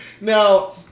now